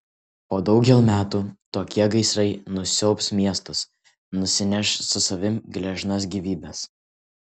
po daugel metų tokie gaisrai nusiaubs miestus nusineš su savimi gležnas gyvybes